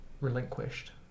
relinquished